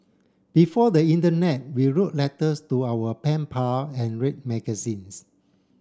before the Internet we wrote letters to our pen pal and read magazines